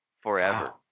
forever